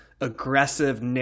aggressive